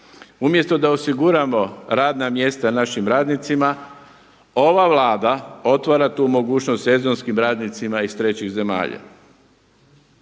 Umjesto da osiguramo radna mjesta našim radnicima, ova Vlada otvara tu mogućnost sezonskim radnicima iz trećih zemalja.